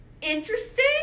interesting